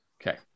Okay